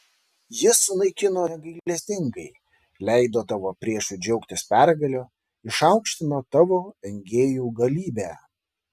jis sunaikino negailestingai leido tavo priešui džiaugtis pergale išaukštino tavo engėjų galybę